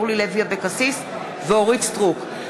אורלי לוי אבקסיס ואורית סטרוק,